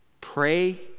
pray